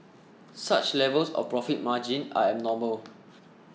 such levels of profit margin are abnormal